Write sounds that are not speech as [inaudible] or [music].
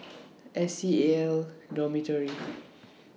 [noise] S C A L Dormitory